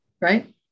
right